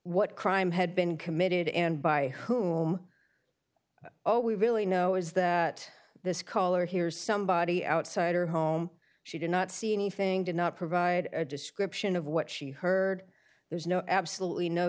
what crime had been committed and by whom all we really know is that this caller here's somebody outside her home she did not see anything did not provide a description of what she heard there's no absolutely no